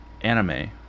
anime